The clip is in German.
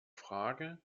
frage